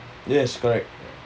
yes correct